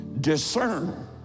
discern